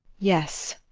yes,